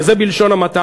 וזה בלשון המעטה.